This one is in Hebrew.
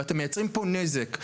ואתם מייצרים פה נזק.